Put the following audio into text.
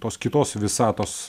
tos kitos visatos